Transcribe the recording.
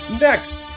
Next